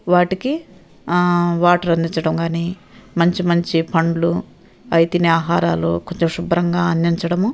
వాటికి వాటర్ అందించడం కానీ మంచి మంచి పండ్లు అవి తినే ఆహారాలు కొంచెం శుభ్రంగా అందించడము